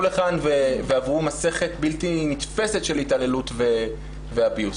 לכאן ועברו מסכת בלתי נתפסת של התעללות ו-abuse.